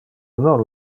non